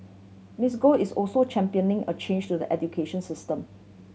Miss Go is also championing a change to the education system